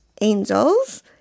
angels